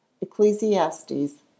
Ecclesiastes